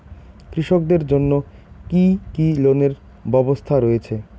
কৃষকদের জন্য কি কি লোনের ব্যবস্থা রয়েছে?